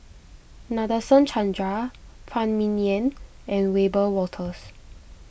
Nadasen Chandra Phan Ming Yen and Wiebe Wolters